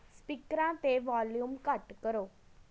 ਸਪੀਕਰਾਂ 'ਤੇ ਵੋਲੀਊਮ ਘੱਟ ਕਰੋ